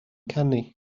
canu